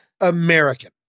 American